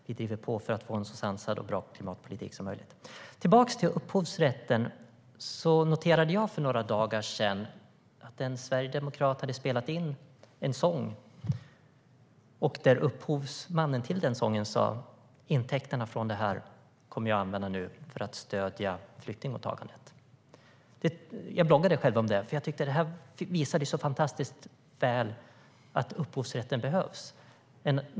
Vi driver på för att få en så sansad och bra klimatpolitik som möjligt. När det sedan gäller upphovsrätten noterade jag för några dagar sedan att en sverigedemokrat hade spelat in en sång och upphovsmannen till sången sa att han kommer att använda intäkterna till att stödja flyktingmottagandet. Jag bloggade om det för jag tyckte att det så fantastiskt väl visar att upphovsrätten behövs.